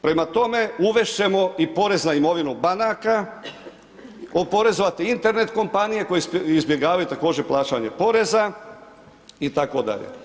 Prema tome, uvest ćemo i porez na imovinu banaka, oporezovati Internet kompanije koje izbjegavaju plaćanje poreza itd.